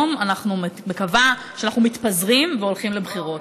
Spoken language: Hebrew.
מקווה שהיום אנחנו מתפזרים והולכים לבחירות.